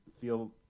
feel